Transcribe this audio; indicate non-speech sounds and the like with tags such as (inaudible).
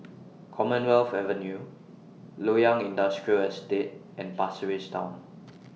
Commonwealth Avenue Loyang Industrial Estate and Pasir Ris Town (noise)